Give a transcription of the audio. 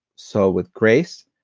so with grace,